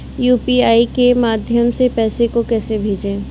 UPI के माध्यम से पैसे को कैसे भेजें?